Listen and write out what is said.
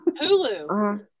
hulu